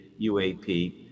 UAP